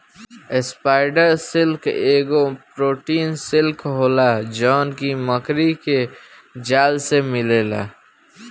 spider silk एगो protein silk होला जवन की मकड़ी के जाल से मिलेला